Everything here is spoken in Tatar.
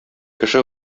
кеше